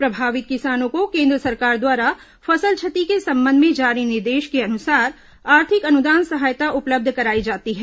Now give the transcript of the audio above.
प्रभावित किसानों को केन्द्र सरकार द्वारा फसल क्षति के संबंध में जारी निर्देश के अनुसार आर्थिक अनुदान सहायता उपलब्ध कराई जाती है